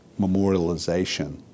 memorialization